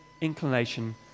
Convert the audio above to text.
inclination